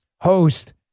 host